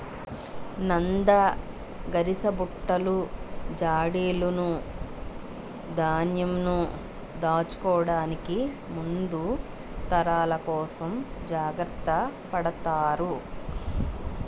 నంద, గరిసబుట్టలు, జాడీలును ధాన్యంను దాచుకోవడానికి ముందు తరాల కోసం జాగ్రత్త పడతారు